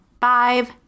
five